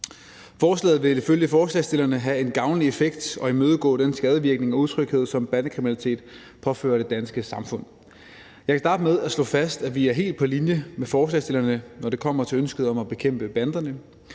Forslaget vil ifølge forslagsstillerne have en gavnlig effekt og imødegå den skadevirkning og utryghed, som bandekriminalitet påfører det danske samfund. Jeg kan starte med at slå fast, at vi er helt på linje med forslagsstillerne, når det kommer til ønsket om at bekæmpe banderne.